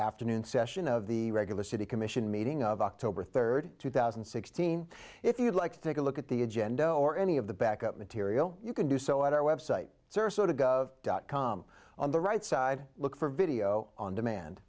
afternoon session of the regular city commission meeting of october third two thousand and sixteen if you'd like to take a look at the agenda or any of the back up material you can do so at our website sarasota gov dot com on the right side look for video on demand